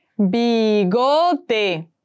Bigote